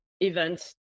events